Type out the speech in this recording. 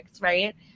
right